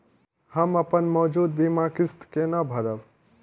हम अपन मौजूद बीमा किस्त केना भरब?